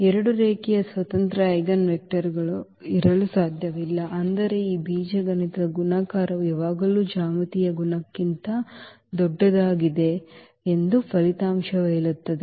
ಎರಡು ರೇಖೀಯ ಸ್ವತಂತ್ರ ಐಜೆನ್ವೆಕ್ಟರ್ಗಳು ಇರಲು ಸಾಧ್ಯವಿಲ್ಲ ಅಂದರೆ ಈ ಬೀಜಗಣಿತದ ಗುಣಾಕಾರವು ಯಾವಾಗಲೂ ಜ್ಯಾಮಿತೀಯ ಗುಣಕ್ಕಿಂತ ದೊಡ್ಡದಾಗಿದೆ ಎಂದು ಫಲಿತಾಂಶವು ಹೇಳುತ್ತದೆ